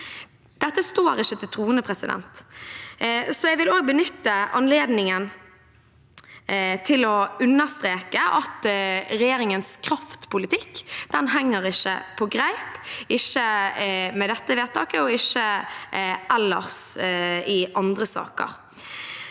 Dette står ikke til troende. Så jeg vil benytte anledningen til å understreke at regjeringens kraftpolitikk ikke henger på greip – ikke med dette vedtaket og heller ikke ellers i andre saker.